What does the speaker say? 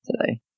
today